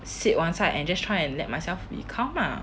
sit one side and just try and let myself be calm lah